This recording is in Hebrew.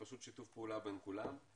זה פשוט שיתוף פעולה בין כולם.